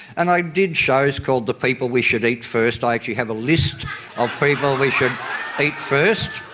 and i did shows called the people we should eat first. i actually have a list of people we should eat first.